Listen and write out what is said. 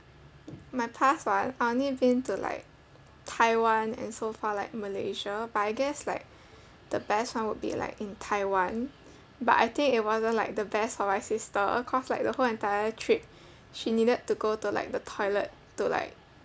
my past one I only been to like taiwan and so far like malaysia but I guess like the best [one] would be like in taiwan but I think it wasn't like the best for my sister cause like the whole entire trip she needed to go to like the toilet to like